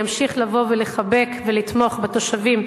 אני אמשיך לבוא ולחבק ולתמוך בתושבים,